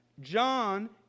John